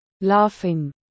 Laughing